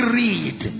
read